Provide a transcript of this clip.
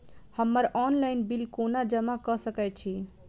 हम्मर online bill कोना जमा कऽ सकय छी?